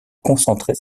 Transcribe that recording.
concentrer